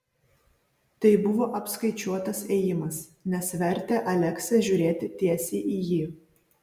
tai buvo apskaičiuotas ėjimas nes vertė aleksę žiūrėti tiesiai į jį